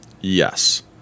Yes